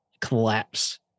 collapse